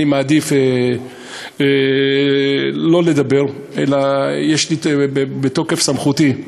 אני מעדיף לא לדבר, אלא יש לי, בתוקף סמכותי,